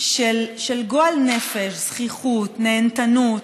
של גועל נפש, זחיחות, נהנתנות,